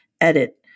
edit